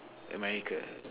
America